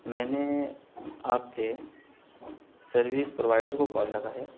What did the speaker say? میں نے آپ کے سروس پرووائڈر کو کال لگایا